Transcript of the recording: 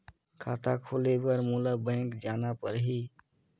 खाता खोले बर मोला बैंक जाना परही?